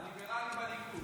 הליברלי בליכוד.